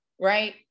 right